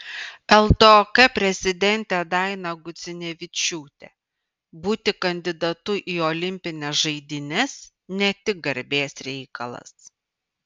ltok prezidentė daina gudzinevičiūtė būti kandidatu į olimpines žaidynes ne tik garbės reikalas